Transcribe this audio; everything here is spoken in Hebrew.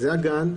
זה הגן.